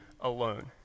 alone